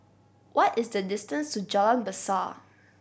what is the distance to Jalan Besar